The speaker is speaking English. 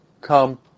Come